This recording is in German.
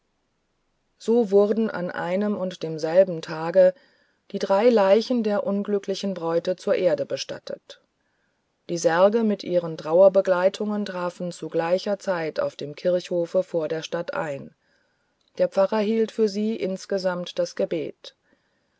so wurden an einem und demselben tage die drei leichen der unglücklichen bräute zu erde bestattet die särge mit ihren trauerbegleitungen trafen zu gleicher zeit auf dem kirchhofe vor der stadt zusammen der pfarrer hielt für sie insgesamt das gebet